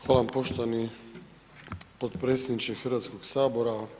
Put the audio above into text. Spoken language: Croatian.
Hvala vam poštovani potpredsjedniče Hrvatskog sabora.